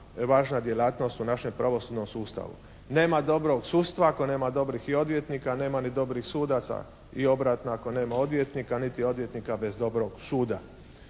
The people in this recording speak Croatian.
važna djelatnost u našem pravosudnom sustavu. Nema dobrog sudstva ako nema dobrih i odvjetnika. Nema ni dobrih sudaca i obratno ako nema odvjetnika, niti odvjetnika bez dobrog suda.